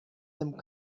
them